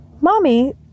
mommy